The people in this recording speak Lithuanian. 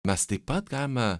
mes taip pat game